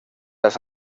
las